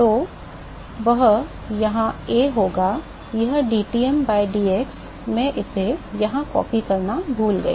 तो वह यहाँ a होगा a dTm by dx मैं इसे यहाँ कॉपी करना भूल गया